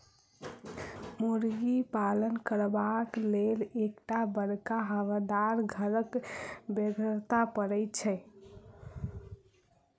मुर्गी पालन करबाक लेल एक टा बड़का हवादार घरक बेगरता पड़ैत छै